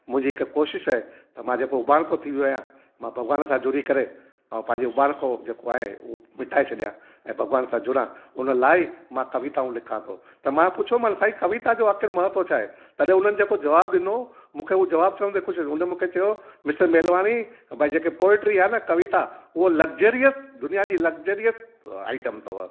मुंहिंजी हिक कोशिशि आहे त मां जेको उबाणको थी वियो आहियां मां भगवान सां जुड़ी करे ऐं पंहिंजो उबाणको जेको आहे उ मिटाये छॾियां ऐं भगवान सां जुड़ा हुन लाइ ई मां कविताऊं लिखां थो त मां पुछियोमान साईं कविता जो आख़िर महत्व छा आहे तॾहिं हुननि जेको जवाबु ॾिनो मूंखे उहो जवाबु चवंदे ख़ुशी हुई हुन मूंखे चयो मिस्टर मेलवाणी भाई जेके पोइटरी आहे न कविता उहो लक्जरीअस दुनिया जी लक्जरीअस आइटम अथव